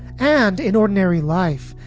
and in ordinary life,